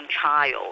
child